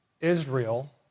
Israel